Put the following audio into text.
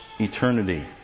eternity